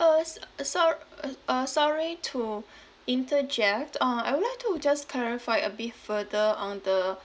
uh s~ uh sor~ uh uh sorry to interject uh I would like to just clarify a bit further on the